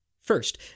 First